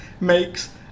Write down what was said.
makes